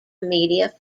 media